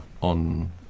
on